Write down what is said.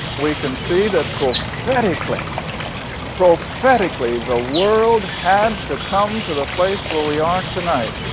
we can see that prophetically prophetically the world had to come to the place where we are tonight.